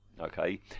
Okay